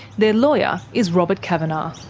their lawyer is robert cavanagh.